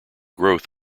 growth